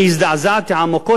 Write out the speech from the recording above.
אני הזדעזעתי עמוקות,